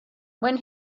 when